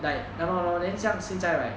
like ya lor ya lor then 像现在